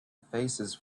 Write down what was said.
faces